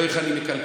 לא איך אני מקלקל.